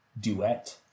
duet